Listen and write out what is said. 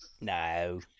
No